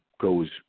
goes